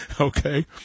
okay